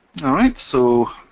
all right. so